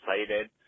excited